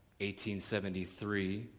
1873